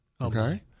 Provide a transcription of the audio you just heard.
okay